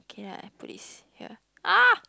okay lah I put this here ah